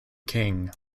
king